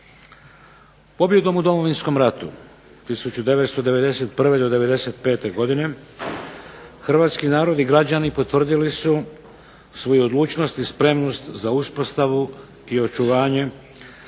Pobjedom u Domovinskom ratu 1991. do '95. godine hrvatski narodi i građani potvrdili su svoju odlučnost i spremnost za uspostavu i očuvanje